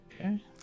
Okay